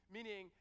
Meaning